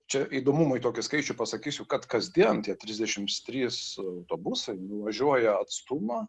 čia įdomumui tokį skaičių pasakysiu kad kasdien tie trisdešims trys autobusai nuvažiuoja atstumą